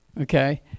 okay